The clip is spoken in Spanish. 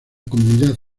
comunidad